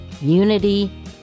unity